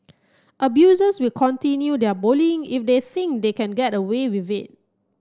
abusers will continue their bullying if they think they can get away